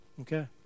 Okay